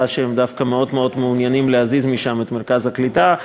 שהם דווקא מאוד מאוד מעוניינים להזיז משם את מרכז הקליטה.